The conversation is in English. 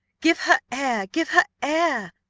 give her air give her air,